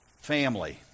family